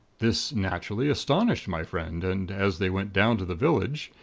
this, naturally, astonished my friend, and, as they went down to the village,